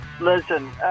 Listen